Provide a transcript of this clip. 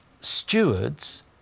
stewards